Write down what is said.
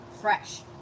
fresh